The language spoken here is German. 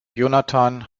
jonathan